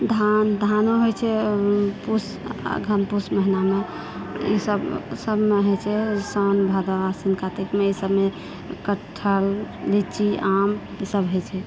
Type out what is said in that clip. धान धानो होइत छै पूष अगहन पूष महिनामे ई सभ सभमे होइत छै सावन भादो आश्विन कार्तिकमे ई सभमे कटहल लीची आम ई सभ होइत छै